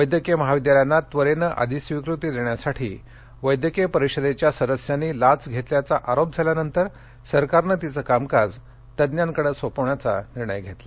वैद्यकीय महाविद्यालयांना त्वरेनं अधिस्विकृती देण्यासाठी वैद्यकीय परिषदेच्या सदस्यांनी लाच घेतल्याचा आरोप झाल्यानंतर सरकारनं तिचं कामकाज तज्ञांकडे सोपविण्याचा निर्णय घेतला